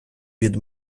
від